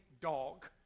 dog